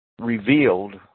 revealed